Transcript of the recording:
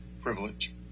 privilege